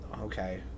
okay